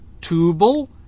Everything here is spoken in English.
Tubal